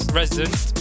resident